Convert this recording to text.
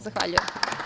Zahvaljujem.